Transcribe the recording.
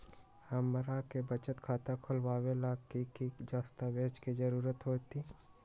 हमरा के बचत खाता खोलबाबे ला की की दस्तावेज के जरूरत होतई?